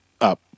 Up